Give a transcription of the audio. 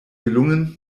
gelungen